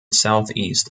southeast